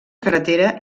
carretera